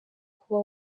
kuba